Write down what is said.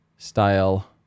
Style